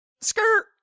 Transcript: Skirt